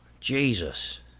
Jesus